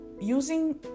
using